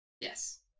Yes